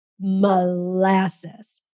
molasses